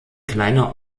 kleiner